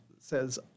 says